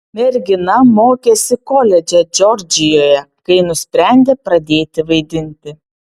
mergina mokėsi koledže džordžijoje kai nusprendė pradėti vaidinti